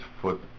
foot